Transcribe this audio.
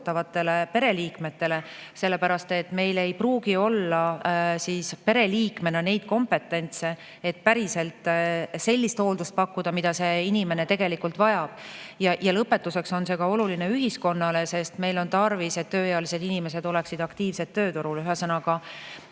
pereliikmetele, sellepärast et [hooldaval] pereliikmel ei pruugi olla neid kompetentse, et päriselt pakkuda sellist hooldust, mida see inimene tegelikult vajab. Ja lõpetuseks on see ka oluline ühiskonnale, sest meil on tarvis, et tööealised inimesed oleksid aktiivsed tööturul. Ühesõnaga,